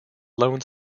loan